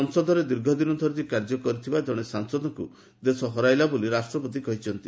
ସଂସଦରେ ଦୀର୍ଘଦିନ ଧରି କାର୍ଯ୍ୟ କରିଥିବା ଜଣେ ସାଂସଦଙ୍କୁ ଦେଶ ହରାଇଲା ବୋଲି ରାଷ୍ଟ୍ରପତି କହିଚ୍ଛନ୍ତି